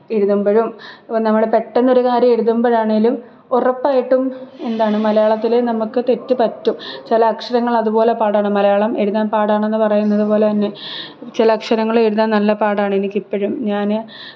എഴുതുമ്പോഴും നമ്മൾ പെട്ടന്ന് ഒരു കാര്യം എഴുതുമ്പോഴാണെങ്കിലും ഉറപ്പായിട്ടും എന്താണ് മലയാളത്തിൽ നമ്മൾക്ക് തെറ്റ് പറ്റും ചില അക്ഷരങ്ങൾ അതുപോലെ പാടാണ് അതുപോലെ തന്നെ മലയാളം എഴുതാൻ പാടാണെന്നു പറയുന്നത് അതുപോലെ തന്നെ ചില അക്ഷരങ്ങൾ എഴുതാൻ നല്ല പാടാണ് എനിക്ക് ഇപ്പോഴും ഞാൻ